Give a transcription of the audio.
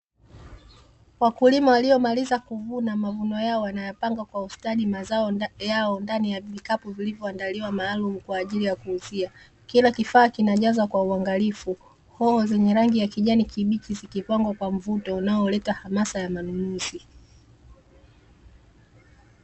Wakulima waliomaliza kuvuna mavuno yao, wanayapanga kwa ustadi mazao yao ndani ya vikapu vilivyoandaliwa maalumu kwa ajili ya kuuzia. Kila kifaa kinajazwa kwa uangalifu, hoho zenye rangi ya kijani kibichi zikipangwa kwa mvuto unaoleta hamasa ya manunuzi.